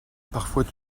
parfois